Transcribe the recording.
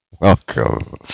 welcome